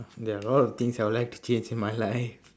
there are a lot of things I would like to change in my life